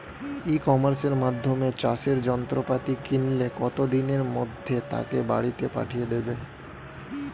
ই কমার্সের মাধ্যমে চাষের যন্ত্রপাতি কিনলে কত দিনের মধ্যে তাকে বাড়ীতে পাঠিয়ে দেবে?